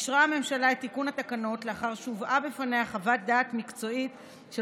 אישרה הממשלה את תיקון התקנות לאחר שהובאה בפניה חוות דעת מקצועית של